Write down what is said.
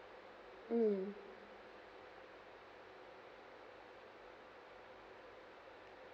mm